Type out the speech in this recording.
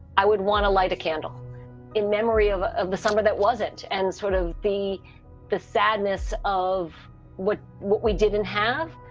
i would want to light a candle in memory of of some of that wasn't and sort of the the sadness of what what we didn't have.